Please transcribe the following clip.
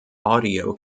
audio